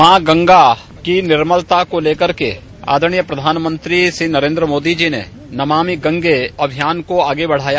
मां गंगा की निर्मलता को लेकर के आदरणीय प्रधानमंत्री जो नरेन्द्र मोदी जी नमामि गंगे अभियान को आगे बढ़ाया